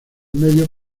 medios